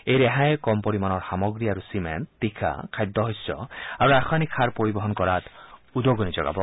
এই ৰেহাইয়ে কম পৰিমাণৰ সামগ্ৰী আৰু চিমেণ্ট তীখা খাদ্যশস্য আৰু ৰাসায়নিক সাৰ পৰিবহন কৰাত উদগনিত যোগাব